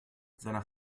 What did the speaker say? seiner